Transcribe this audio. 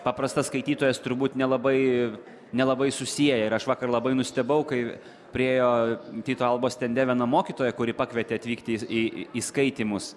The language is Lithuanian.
paprastas skaitytojas turbūt nelabai nelabai susieja ir aš vakar labai nustebau kai priėjo tyto alba stende viena mokytoja kuri pakvietė atvykti į į skaitymus